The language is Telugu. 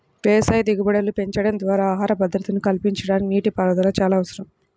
వ్యవసాయ దిగుబడులు పెంచడం ద్వారా ఆహార భద్రతను కల్పించడానికి నీటిపారుదల చాలా అవసరం